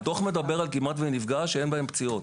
הדוח מדבר על אירועי "כמעט ונפגע" שאין בהם פציעות.